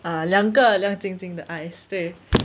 ah 两个亮晶晶的 eyes 对